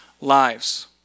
lives